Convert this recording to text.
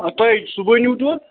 آ تۄہے صُبحٲے نیوٗوُ دۄد